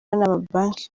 amabanki